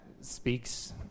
speaks